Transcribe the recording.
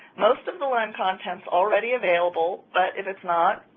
most of the lyme content is already available, but if it's not,